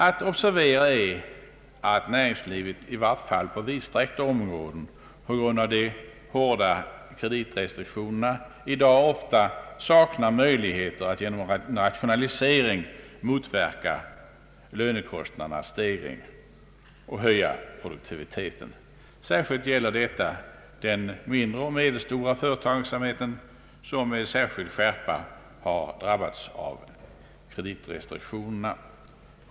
Att observera är att näringslivet — i vart fall på vidsträckta områden — på grund av de hårda kreditrestriktionerna i dag ofta saknar möjligheterna att genom rationalisering motverka lönekostnadernas stegring och höja produktiviteten. Särskilt gäller detta den mindre och medelstora företagsamheten, som med <särskild skärpa har drabbats av kreditrestriktionerna.